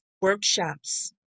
workshops